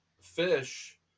fish